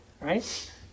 Right